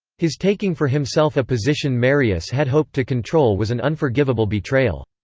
his taking for himself a position marius had hoped to control was an unforgivable betrayal.